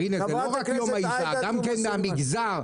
חברת הכנסת עאידה תומא סלימאן, בבקשה.